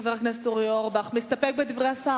חבר הכנסת אורי אורבך, אתה מסתפק בדברי השר?